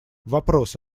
вопрос